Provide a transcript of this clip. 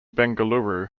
bengaluru